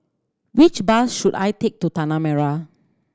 which bus should I take to Tanah Merah